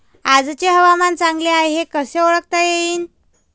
आजचे हवामान चांगले हाये हे कसे ओळखता येईन?